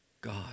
God